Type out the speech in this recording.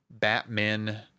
Batman